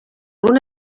una